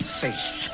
face